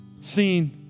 seen